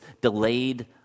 delayed